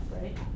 right